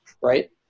right